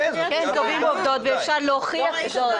כן, קובעים פה עובדות ואפשר להוכיח את זה.